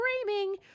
screaming